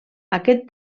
aquest